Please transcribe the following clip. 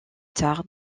tard